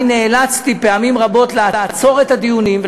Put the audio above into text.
אני נאלצתי פעמים רבות לעצור את הדיונים,